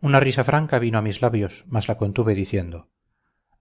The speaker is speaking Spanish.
una risa franca vino a mis labios mas la contuve diciendo